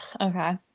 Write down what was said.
Okay